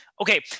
Okay